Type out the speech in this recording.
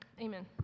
amen